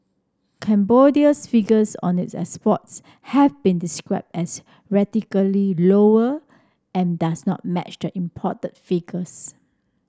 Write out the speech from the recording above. Cambodia's figures on its exports have been describe as radically lower and does not match the imported figures